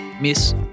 miss